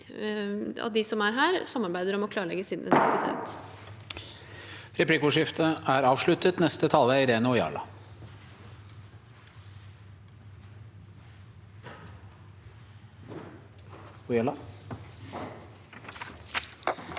de som er her, samarbeider om å klarlegge sin identitet.